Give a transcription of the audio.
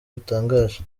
butangaje